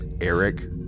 eric